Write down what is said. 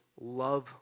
love